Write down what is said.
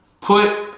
Put